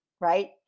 right